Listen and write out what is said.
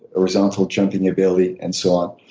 horizontal jumping ability and so on.